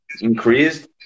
increased